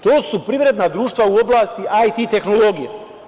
To su privredna društva u oblasti IT tehnologije.